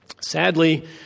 Sadly